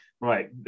Right